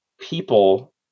people